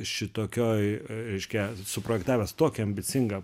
šitokioj reiškia suprojektavęs tokį ambicingą